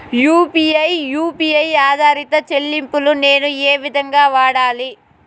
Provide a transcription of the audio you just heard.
UPI U P I ఆధారిత చెల్లింపులు నేను ఏ విధంగా వాడాలి?